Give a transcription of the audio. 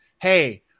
hey